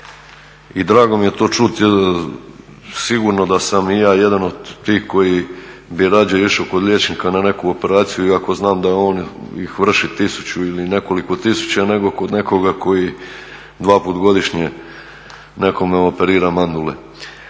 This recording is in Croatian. I drago mi je to čuti, sigurno da sam i ja jedan od tih koji bi rađe išao kod liječnika na neku operaciju i ako znam da on ih vrši tisuću ili nekoliko tisuća nego kod nekoga koji 2 puta godišnje nekome operira mandule.